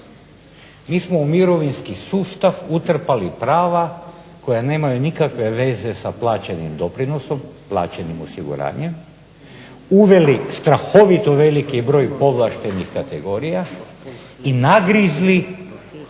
Mi smo u mirovinski sustav utrpali prava koja nemaju nikakve veze sa plaćenim doprinosom, plaćenim osiguranjem, uveli strahovito veliki broj povlaštenih kategorija i nagrizli